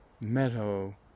meadow